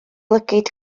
lygaid